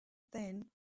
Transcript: then